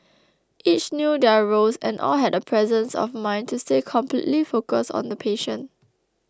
each knew their roles and all had the presence of mind to stay completely focused on the patient